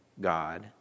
God